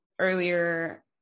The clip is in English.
earlier